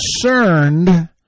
concerned